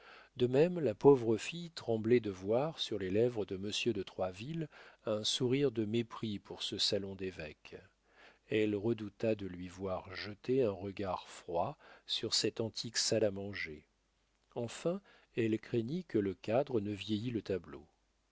de même la pauvre fille tremblait de voir sur les lèvres de monsieur de troisville un sourire de mépris pour ce salon d'évêque elle redouta de lui voir jeter un regard froid sur cette antique salle à manger enfin elle craignit que le cadre ne vieillît le tableau